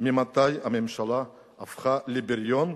ממתי הממשלה הפכה לבריון,